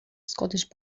scottish